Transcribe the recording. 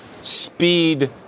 speed